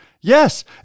Yes